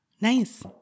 Nice